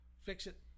fix-it